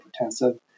hypertensive